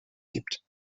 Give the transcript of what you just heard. gibt